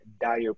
dire